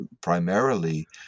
primarily